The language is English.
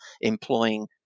employing